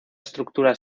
estructura